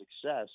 success